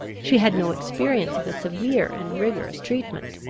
she had no experience of a severe and rigorous treatment.